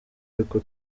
ariko